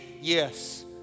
Yes